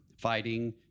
fighting